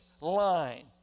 line